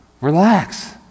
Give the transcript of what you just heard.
Relax